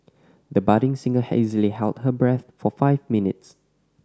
the budding singer easily held her breath for five minutes